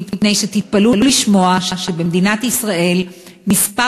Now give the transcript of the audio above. מפני שתתפלאו לשמוע שבמדינת ישראל מספר